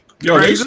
Yo